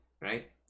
right